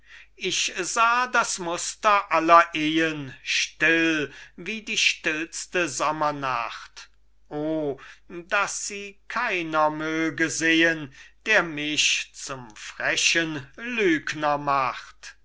ich sah das muster aller ehen still wie die stillste sommernacht oh daß sie keiner möge sehen der mich zum frechen lügner macht